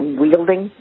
wielding